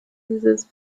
disease